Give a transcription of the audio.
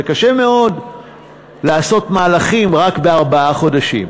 וקשה מאוד לעשות מהלכים רק בארבעה חודשים,